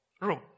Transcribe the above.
Room